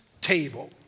table